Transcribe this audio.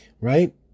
right